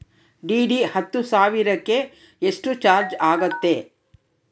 DD ಹತ್ತು ಸಾವಿರಕ್ಕೆ ಎಷ್ಟು ಚಾಜ್೯ ಆಗತ್ತೆ?